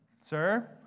sir